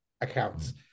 accounts